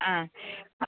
ആ അ